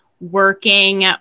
working